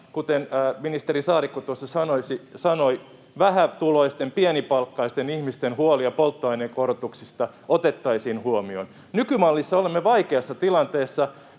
kuten ministeri Saarikko tuossa sanoi, vähätuloisten, pienipalkkaisten ihmisten huolia polttoaineen hinnankorotuksista otettaisiin huomioon. Nykymallissa olemme vaikeassa tilanteessa,